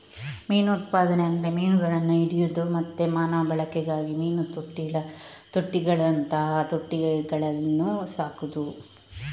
ಮೀನು ಉತ್ಪಾದನೆ ಅಂದ್ರೆ ಮೀನುಗಳನ್ನ ಹಿಡಿಯುದು ಮತ್ತೆ ಮಾನವ ಬಳಕೆಗಾಗಿ ಮೀನು ತೊಟ್ಟಿಗಳಂತಹ ತೊಟ್ಟಿಗಳಲ್ಲಿ ಸಾಕುದು